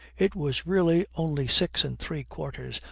it was really only six and three-quarters.